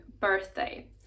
birthday